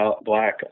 Black